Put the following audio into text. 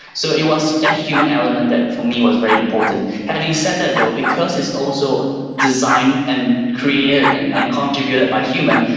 so it was that human element that for me was very important. having said that though, because it's also designed and created and and contributed by humans,